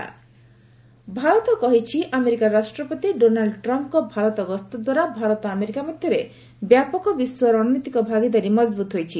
FS India Bharat କହିଛି America ରାଷ୍ଟ୍ରପତି Donald ଟ୍ରମ୍ଫ୍ଙ୍କ ଭାରତ ଗସ୍ତ ଦ୍ୱାରା ଭାରତ ଆମେରିକା ମଧ୍ୟରେ ବ୍ୟାପକ ବିଶ୍ୱ ରଶନୀତିକ ଭାଗିଦାରୀ ମଜବୁତ ହୋଇଛି